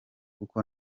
kuko